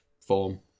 form